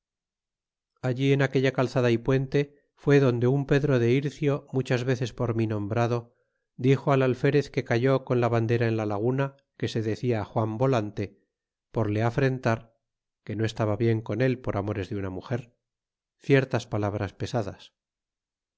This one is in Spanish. allí en aquella calzada y puente fue donde un pedro de ircio muchas veces por mi nombrado dixo al alferez que cayó con la bandera en la laguna que se decia juan volante por le afrentar que no estaba bien con él por amores de una muger ciertas palabras pesadas